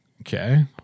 okay